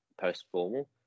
post-formal